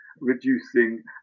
reducing